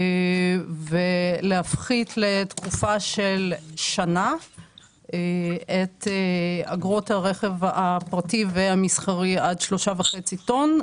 ולהפחית לתקופה של שנה את אגרות הרכב הפרטי והמסחרי על שלושה וחצי טון,